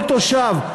כל תושב.